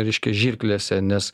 reiškia žirklėse nes